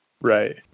Right